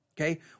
Okay